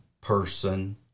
person